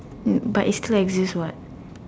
but it still exist what